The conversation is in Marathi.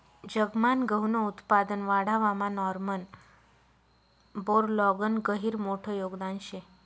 जगमान गहूनं उत्पादन वाढावामा नॉर्मन बोरलॉगनं गहिरं मोठं योगदान शे